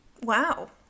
Wow